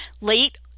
late